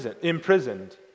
imprisoned